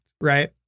right